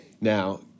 Now